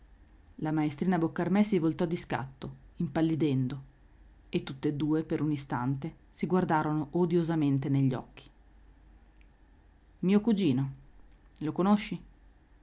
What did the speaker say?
la maestrina boccarmè si voltò di scatto impallidendo e tutt'e due per un istante si guardarono odiosamente negli occhi mio cugino lo conosci